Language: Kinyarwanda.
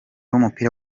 w’umupira